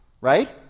right